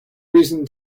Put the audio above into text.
reason